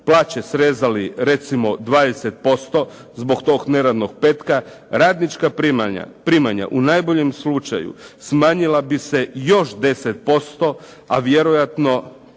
plaće srezali recimo 20% zbog tog neradnog petka, radnička primanja u najboljem slučaju smanjila bi se još 10%, a vjerojatno